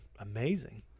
amazing